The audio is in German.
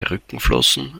rückenflossen